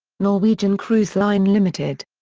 norwegian cruise line ltd.